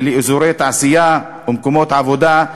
לאזורי תעשייה ולמקומות עבודה,